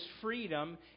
freedom